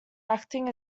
acting